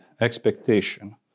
expectation